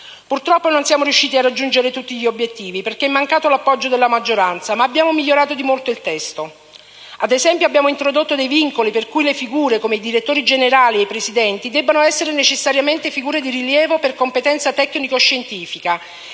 Purtroppo, non siamo riusciti a raggiungere tutti gli obiettivi perché è mancato l'appoggio della maggioranza, ma abbiamo migliorato di molto il testo. Ad esempio, abbiamo introdotto dei vincoli per cui le figure, come i direttori generali e i presidenti, debbano essere necessariamente figure di rilievo per competenza tecnico-scientifica